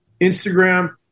Instagram